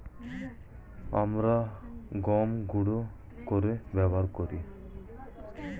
আমরা গম গুঁড়ো করে ব্যবহার করি